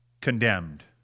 condemned